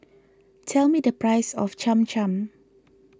tell me the price of Cham Cham